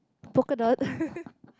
polka dot